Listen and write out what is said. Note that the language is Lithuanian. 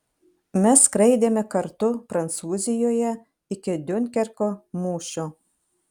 mes skraidėme kartu prancūzijoje iki diunkerko mūšio